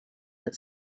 that